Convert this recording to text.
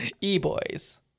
e-boys